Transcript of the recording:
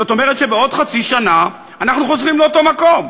זאת אומרת שבעוד חצי שנה אנחנו חוזרים לאותו מקום.